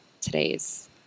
today's